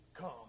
come